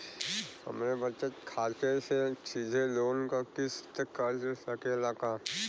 हमरे बचत खाते से सीधे लोन क किस्त कट सकेला का?